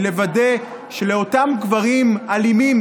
לוודא שלאותם גברים אלימים,